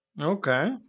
Okay